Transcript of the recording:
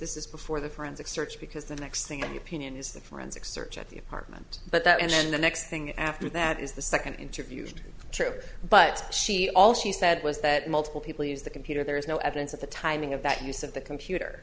this is before the forensic search because the next thing in your opinion is the forensic search of the apartment but that and the next thing after that is the second interview true but she all she said was that multiple people use the computer there is no evidence of the timing of that use of the computer